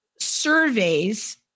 surveys